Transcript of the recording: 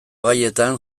gaietan